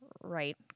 right